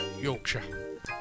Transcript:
Yorkshire